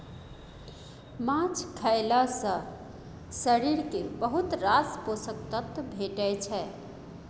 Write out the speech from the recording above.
माछ खएला सँ शरीर केँ बहुत रास पोषक तत्व भेटै छै